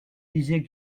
disaient